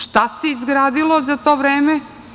Šta se izgradilo za to vreme?